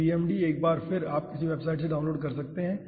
तो VMD एक बार फिर आप किसी वेबसाइट से डाउनलोड कर सकते हैं